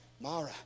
Mara